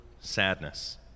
sadness